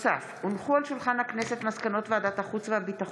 מאת חברי הכנסת מנסור עבאס, ווליד טאהא,